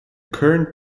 current